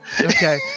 Okay